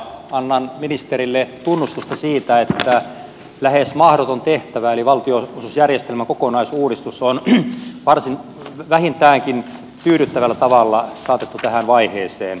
annan ministerille tunnustusta siitä että lähes mahdoton tehtävä eli valtionosuusjärjestelmän kokonaisuudistus on vähintäänkin tyydyttävällä tavalla saatettu tähän vaiheeseen